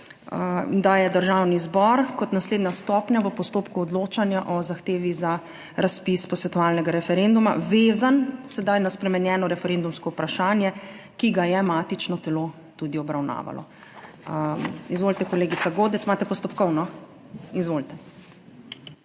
da je Državni zbor kot naslednja stopnja v postopku odločanja o zahtevi za razpis posvetovalnega referenduma vezan sedaj na spremenjeno referendumsko vprašanje, ki ga je matično telo tudi obravnavalo. Izvolite, kolegica Godec, imate postopkovno. Izvolite.